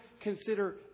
consider